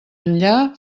enllà